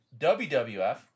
WWF